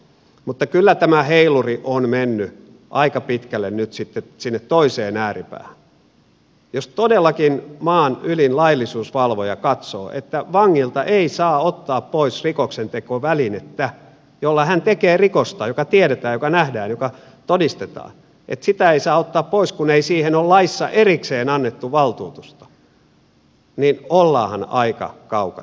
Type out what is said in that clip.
mutta kyllä tämä heiluri on mennyt aika pitkälle nyt sitten sinne toiseen ääripäähän jos todellakin maan ylin laillisuusvalvoja katsoo että vangilta ei saa ottaa pois rikoksentekovälinettä jolla hän tekee rikosta joka tiedetään joka nähdään joka todistetaan että sitä ei saa ottaa pois kun ei siihen ole laissa erikseen annettu valtuutusta joten ollaanhan aika kaukana